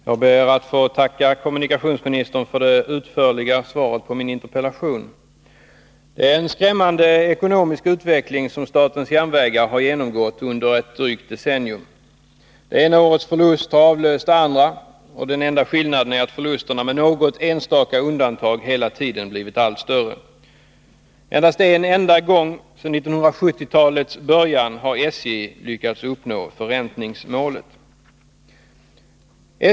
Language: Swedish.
Herr talman! Jag ber att få tacka kommunikationsministern för det utförliga svaret på min interpellation. Det är en skrämmande ekonomisk utveckling som statens järnvägar har genomgått under ett drygt decennium. Det ena årets förlust har avlöst det andras, och den enda skillnaden är att förlusterna, med något enstaka undantag, hela tiden blivit allt större. Endast en enda gång sedan 1970-talets början har SJ lyckats uppnå förräntningskravet.